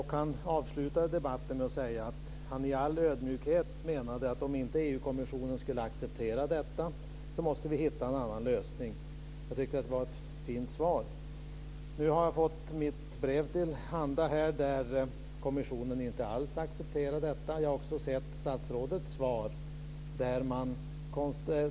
Han avslutade debatten med att säga att han i all ödmjukhet menade att om inte EU-kommissionen skulle acceptera detta måste vi hitta en annan lösning. Jag tyckte att det var ett fint svar. Nu har han fått ett brev till handa där kommissionen inte alls accepterar detta. Jag har också sett statsrådets svar.